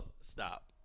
Stop